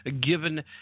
given